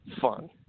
fun